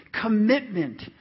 commitment